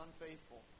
unfaithful